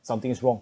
something is wrong